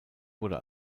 wurde